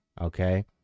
Okay